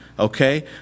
okay